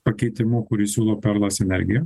pakeitimu kurį siūlo perlas energiją